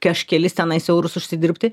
kažkelis tenais eurus užsidirbti